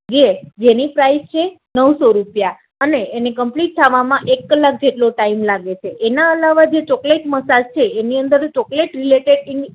જે જેની પ્રાઇસ છે નવસો રૂપિયા અને એને કંપ્લીટ થવામાં એક કલાક જેટલો ટાઇમ લાગે છે એના અલાવા જે ચોકલેટ મસાજ છે એની અંદર ચોકલેટ રિલેટેડ એની